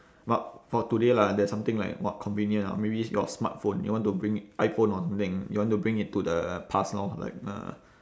but for today lah there's something like what convenient ah maybe your smartphone you want to bring iphone or something you want to bring it to the past lor like the